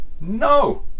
no